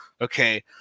Okay